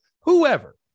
whoever